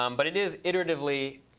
um but it is iteratively